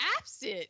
absent